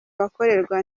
bakorerwa